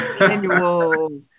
Annual